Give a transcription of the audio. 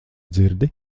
dzirdi